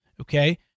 okay